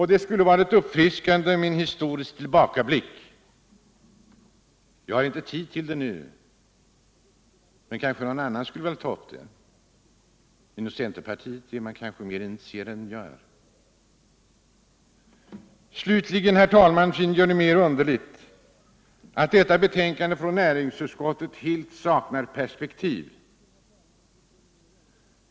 Det skulle ha varit uppfriskande med en historisk tillbakablick. Jag har inte tid till någon sådan nu, men kanske någon annan skulle kunna ge en sådan. Inom centerpartiet är man kanske mer initierad än vad jag är. Slutligen, herr talman, finner jag det mer än underligt att detta betänkande från näringsutskottet helt saknar perspektiv.